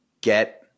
Get